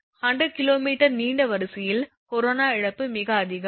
100 𝑘𝑚 நீண்ட வரிசையில் கொரோனா இழப்பு மிக அதிகம்